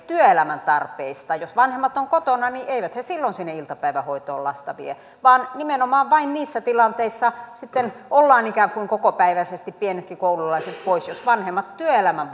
työelämän tarpeista jos vanhemmat ovat kotona niin eivät he silloin sinne iltapäivähoitoon lasta vie vaan nimenomaan vain niissä tilanteissa sitten ovat ikään kuin kokopäiväisesti pienetkin koululaiset poissa jos vanhemmat työelämän